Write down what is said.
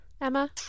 Emma